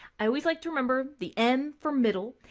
i always like to remember the m for middle.